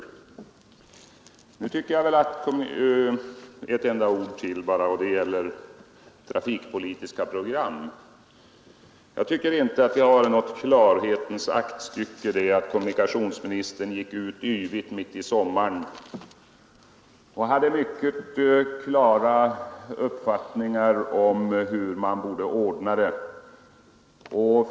Slutligen bara några ord till beträffande trafikpolitiska program. Jag tycker inte att det var något klarhetens aktstycke som kommunikationsministern så yvigt gick ut med mitt i sommaren, då han hade en mycket bestämd uppfattning om hur man borde ordna de frågor det här gäller.